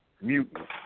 mutant